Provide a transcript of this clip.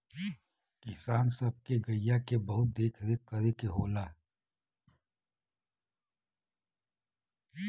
किसान सब के गइया के बहुत देख रेख करे के होला